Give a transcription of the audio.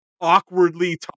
awkwardly